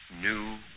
new